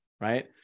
Right